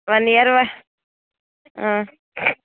one year వహ్